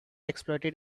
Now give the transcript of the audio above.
exploited